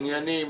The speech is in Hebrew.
עניינים,